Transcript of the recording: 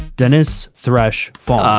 dennis thresh fong.